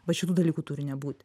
va šitų dalykų turi nebūt